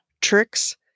tricks